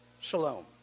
Shalom